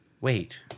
wait